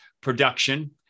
production